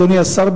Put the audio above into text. אדוני השר,